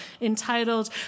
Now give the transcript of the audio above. entitled